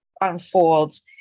unfolds